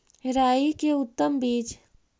राई के उतम बिज?